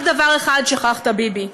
רק דבר אחד שכחת, ביבי,